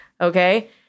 Okay